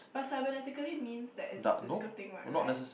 but cybernatically means that it's a physical thing what right